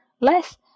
less